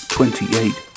Twenty-eight